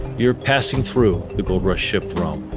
you're passing through the gold rush ship, rome.